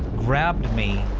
grabbed me,